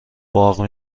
باغ